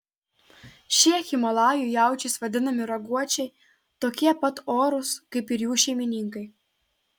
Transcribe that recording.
šie himalajų jaučiais vadinami raguočiai tokie pat orūs kaip ir jų šeimininkai